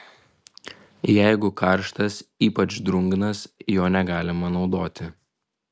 jeigu karštas ypač drungnas jo negalima naudoti